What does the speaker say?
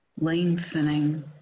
Lengthening